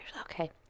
Okay